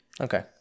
Okay